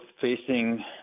facing